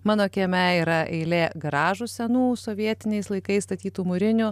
mano kieme yra eilė garažų senų sovietiniais laikais statytų mūrinių